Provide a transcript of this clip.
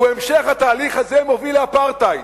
הוא שהמשך התהליך הזה מוביל לאפרטהייד.